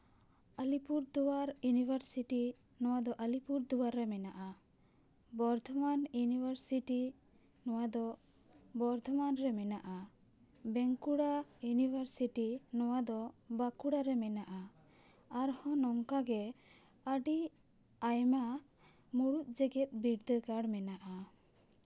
ᱟᱹᱞᱤᱯᱩᱨ ᱫᱩᱣᱟᱨ university ᱱᱚᱣᱟ ᱫᱚ Alipurduar ᱨᱮ ᱢᱮᱱᱟᱜᱼᱟ ᱵᱚᱨᱫᱷᱚᱢᱟᱱ ᱤᱭᱩᱱᱤᱵᱷᱟᱨᱥᱤᱴᱤ ᱱᱚᱣᱟ ᱫᱚ ᱵᱚᱨᱫᱷᱚᱢᱟᱱ ᱨᱮ ᱢᱮᱱᱟᱜᱼᱟ ᱵᱟᱸᱠᱩᱲᱟ ᱤᱭᱩᱱᱤᱵᱷᱟᱨᱥᱤᱴᱤ ᱱᱚᱣᱟ ᱫᱚ ᱵᱟᱸᱠᱩᱲᱟ ᱨᱮ ᱢᱮᱱᱟᱜᱼᱟ ᱟᱨᱦᱚᱸ ᱱᱚᱝᱠᱟ ᱜᱮ ᱟᱹᱰᱤ ᱟᱭᱢᱟ ᱢᱩᱬᱩᱫ ᱡᱮᱜᱮᱫ ᱵᱤᱨᱫᱟᱹᱜᱟᱲ ᱢᱮᱱᱟᱜᱼᱟ